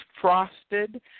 frosted